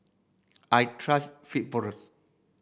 I trust